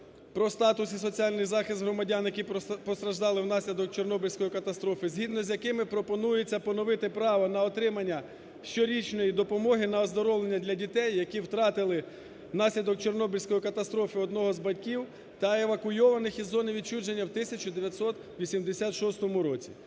"Про статус і соціальний захист громадян, які постраждали внаслідок Чорнобильської катастрофи", згідно з якими пропонується поновити право на отримання щорічної допомоги на оздоровлення для дітей, які втратили внаслідок Чорнобильської катастрофи одного з батьків та евакуйованих із зони відчуження в 1986 році.